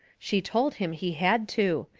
she told him he had to,